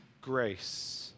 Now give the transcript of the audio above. grace